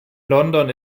london